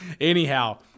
Anyhow